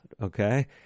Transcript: Okay